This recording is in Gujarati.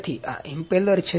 તેથી આ ઇમ્પેલર છે